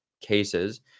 cases